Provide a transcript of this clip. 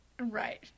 Right